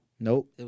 Nope